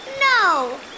No